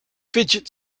fidget